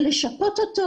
ולשפות אותו